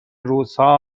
روزها